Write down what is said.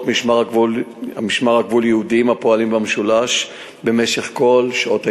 משמר הגבול ייעודיים הפועלים במשולש במשך כל שעות היממה.